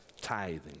tithing